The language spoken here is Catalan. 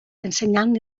ensenyant